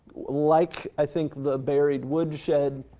like, i think, the buried woodshed,